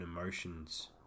emotions